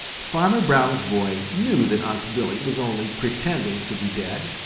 farmer brown's boy knew that unc' billy was only pretending to be dead,